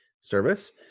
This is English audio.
service